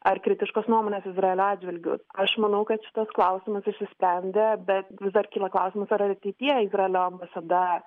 ar kritiškos nuomonės izraelio atžvilgiu aš manau kad šitas klausimas išsispendė bet vis dar kyla klausimas ar ateityje izraelio ambasada